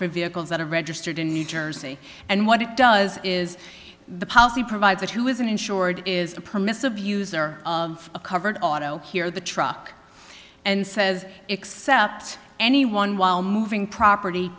for vehicles that are registered in new jersey and what it does is the policy provides that who is an insured is a permissive user of a covered auto hear the truck and says except any one while moving property